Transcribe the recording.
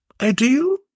Ideal